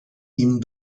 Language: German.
ihm